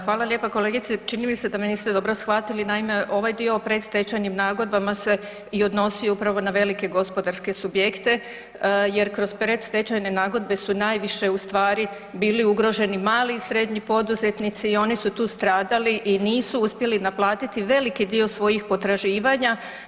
Hvala lijepo kolegice, čini mi se da me niste dobro shvatili, naime ovaj dio o predstečajnim nagodbama se i odnosio upravo na velike gospodarske subjekte jer kroz predstečajne nagodbe su najviše ustvari bili ugroženi mali i srednji poduzetnici i oni su tu stradali i nisu uspjeli naplatiti veliki dio svojih potraživanja.